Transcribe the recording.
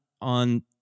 on